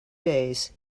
days